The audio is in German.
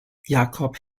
jacob